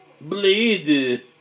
Bleed